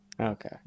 Okay